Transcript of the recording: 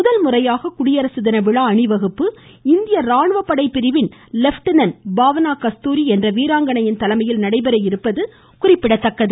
முதல் முறையாக குடியரசு தின விழா அணிவகுப்பு இந்திய ராணுவ படை பிரிவின் லெப்டினன்ட் பாவனா கஸ்தூரி என்ற வீராங்கணையின் தலைமையில் நடைபெற இருப்பது குறிப்பிடத்தக்கது